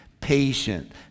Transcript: patient